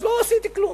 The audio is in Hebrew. אז לא עשיתי כלום,